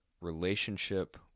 relationship